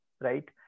Right